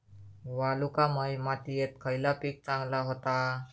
वालुकामय मातयेत खयला पीक चांगला होता?